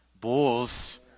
bulls